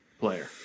player